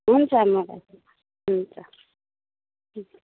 हुन्छ म हुन्छ